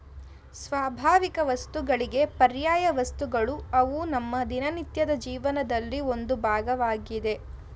ಸ್ವಾಭಾವಿಕವಸ್ತುಗಳಿಗೆ ಪರ್ಯಾಯವಸ್ತುಗಳು ಅವು ನಮ್ಮ ದಿನನಿತ್ಯದ ಜೀವನದಲ್ಲಿ ಒಂದು ಭಾಗವಾಗಿದೆ